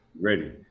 Ready